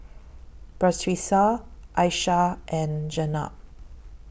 Batrisya Aishah and Jenab